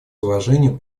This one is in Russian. уважением